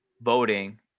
voting